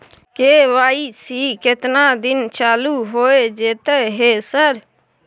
KYC केतना दिन चालू होय जेतै है सर?